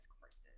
courses